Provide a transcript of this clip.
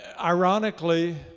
ironically